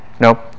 Nope